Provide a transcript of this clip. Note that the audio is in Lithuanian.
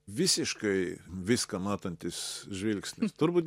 visiškai viską matantis žvilgsnis turbūt